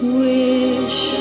wish